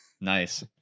Nice